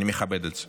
אני מכבד את זה.